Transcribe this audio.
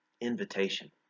invitation